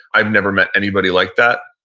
i've never met anybody like that.